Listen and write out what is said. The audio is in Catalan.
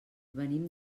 venim